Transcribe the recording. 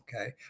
okay